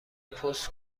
پست